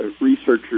researchers